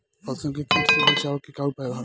फसलन के कीट से बचावे क का उपाय है?